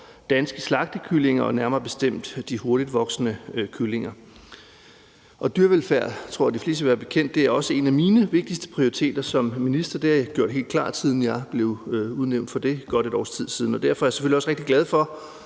danske slagtekyllinger, nærmere bestemt de hurtigtvoksende kyllinger. Dyrevelfærd er – det tror jeg er de fleste bekendt – en af mine vigtigste prioriteter som minister. Det har jeg gjort helt klart, siden jeg blev udnævnt for godt et års tid siden. Derfor er jeg selvfølgelig også rigtig glad for,